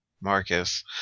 Marcus